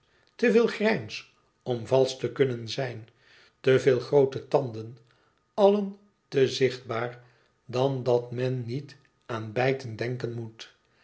veel grijns om valsch te kunnen zijn te veel groote tanden allen te zichtbaar dan dat men niet aan bijten denken moet